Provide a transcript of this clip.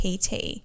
PT